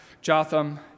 Jotham